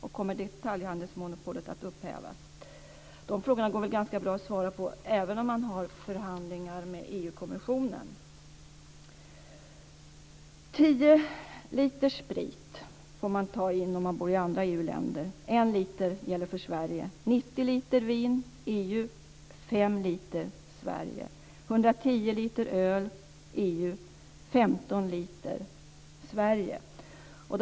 Och kommer detaljhandelsmonopolet att upphävas? Dessa frågor går väl ganska bra att svara på även om man har förhandlingar med EU-kommissionen? 10 liter sprit får man föra in om man bor i andra EU-länder. 1 liter gäller för Sverige. 90 liter får man föra in om man bor i andra EU-länder. 5 liter gäller för Sverige. 110 liter öl får man föra in om man bor i andra EU-länder. 15 liter gäller för Sverige.